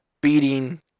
beating